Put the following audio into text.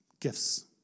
gifts